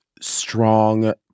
strong